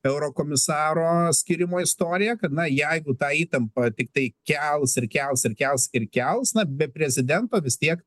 eurokomisaro skyrimo istorija kad na jeigu tą įtampą tiktai kels ir kels ir kels ir kels na be prezidento vis tiek